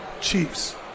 Chiefs